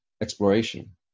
exploration